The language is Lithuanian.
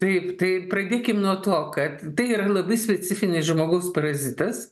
taip tai pradėkim nuo to kad tai ir labai specifinis žmoagus parazitas